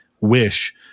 wish